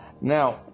Now